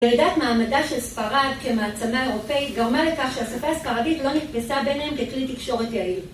מעידת מעמדה של ספרד כמעצמה אירופאית גרמה לכך שהשפה הספרדית לא נתפסה ביניהם ככלי תקשורת יעיל